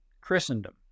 Christendom